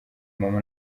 mama